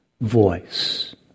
voice